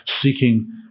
seeking